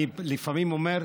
אני לפעמים אומר: